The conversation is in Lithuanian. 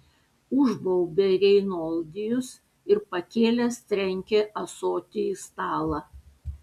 užbaubė reinoldijus ir pakėlęs trenkė ąsotį į stalą